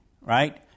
right